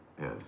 Yes